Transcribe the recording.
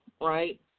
right